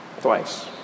Twice